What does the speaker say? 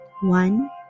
One